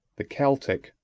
the celtic,